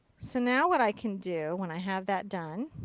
so now what i can do when i have that done